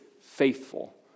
faithful